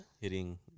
hitting